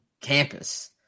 campus